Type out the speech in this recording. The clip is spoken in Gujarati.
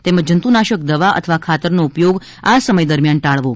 તેમજ જંતુનાશક દવા અથવા ખાતરનો ઉપયોગ આ સમય દરમિયાન ટાળવો